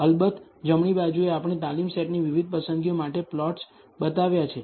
અલબત્ત જમણી બાજુએ આપણે તાલીમ સેટની વિવિધ પસંદગીઓ માટે પ્લોટ્સ બતાવ્યા છે